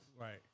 right